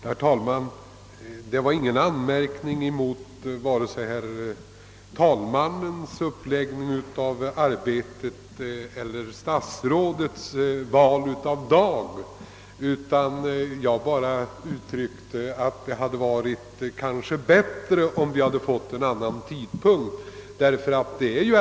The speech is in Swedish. Herr talman! Jag riktade ingen anmärkning mot vare sig herr talmannens uppläggning av arbetet eller statsrådets val av dag, utan jag uttryckte bara den meningen att det kanske varit bättre om vi hade fått debatten vid en annan tidpunkt.